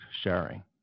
sharing